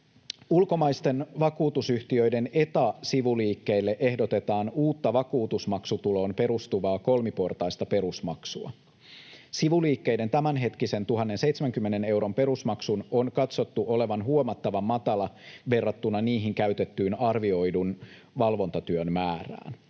Ulkomaisten vakuutusyhtiöiden Eta-sivuliikkeille ehdotetaan uutta vakuutusmaksutuloon perustuvaa kolmiportaista perusmaksua. Sivuliikkeiden tämänhetkisen 1 070 euron perusmaksun on katsottu olevan huomattavan matala verrattuna niihin käytetyn arvioidun valvontatyön määrään.